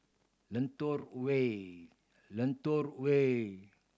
Lentor Way Lentor Way